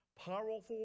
powerful